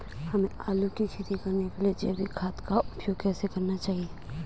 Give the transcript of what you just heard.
हमें आलू की खेती करने के लिए जैविक खाद का उपयोग कैसे करना चाहिए?